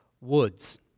woods